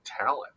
talent